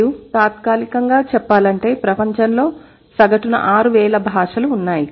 మరియు తాత్కాలికంగా చెప్పాలంటే ప్రపంచంలో సగటున 6000 భాషలు ఉన్నాయి